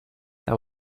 that